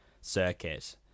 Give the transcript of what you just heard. circuit